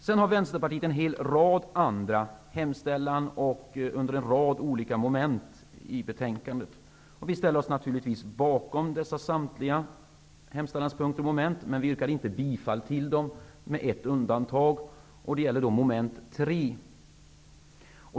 Sedan har vänsterpartiet en hel rad hemställanden under olika moment i betänkandet. Vi ställer oss naturligtvis bakom samtliga dessa hemställanspunkter men yrkar inte bifall till dem, med ett undantag, och det gäller moment 3.